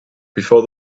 before